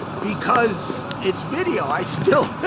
because it's video i still,